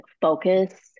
focus